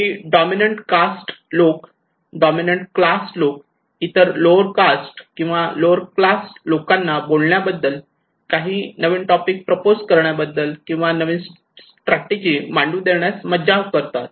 काही dominant caste लोक dominant class लोक इतर लोअर कास्ट किंवा लोअर क्लास लोकांना बोलण्याबद्दल काही नवीन टॉपिक प्रपोज करण्याबद्दल किंवा नवीन स्ट्रॅटेजि मांडू देण्यास मज्जाव करतात